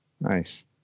Nice